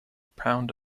pound